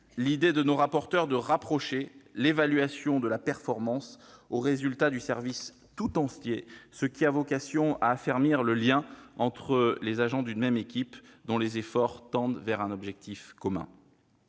l'idée des rapporteurs de rapprocher l'évaluation de la performance aux résultats du service tout entier, ce qui a vocation à affermir le lien entre les agents d'une même équipe dont les efforts tendent vers un objectif commun.